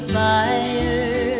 fire